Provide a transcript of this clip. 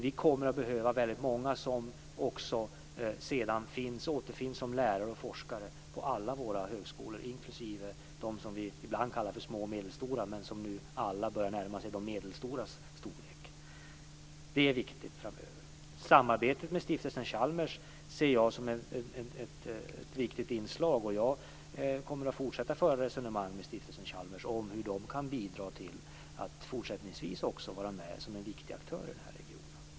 Det kommer att behövas många som sedan återfinns som lärare och forskare på alla högskolor, inklusive de som ibland kallas för små och medelstora högskolor men som nu alla börjar närma sig medelstor storlek. Samarbetet med Stiftelsen Chalmers ser jag som ett viktigt inslag. Jag kommer att fortsätta att föra resonemang med Stiftelsen Chalmers om hur man kan bidra till att fortsättningsvis vara med som en viktig aktör i denna region.